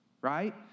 right